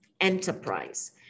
enterprise